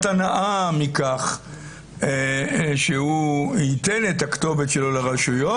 הנאה מכך שהוא ייתן את הכתובת שלו לרשויות,